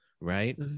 right